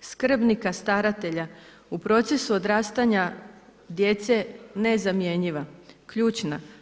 skrbnika, staratelja u procesu odrastanja djece nezamjenjiva, ključna.